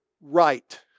right